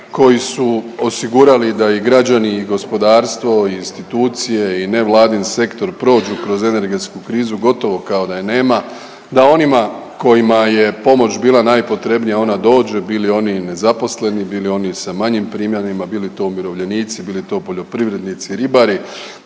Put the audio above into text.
koji su osigurali da i građani i gospodarstvo i institucije i nevladin sektor prođu kroz energetsku krizu gotovo kao da je nema, da onima kojima je pomoć bila najpotrebnija ona dođe bili oni nezaposleni, bili oni sa manjim primanjima, bili to umirovljenici, bili to poljoprivrednici, ribari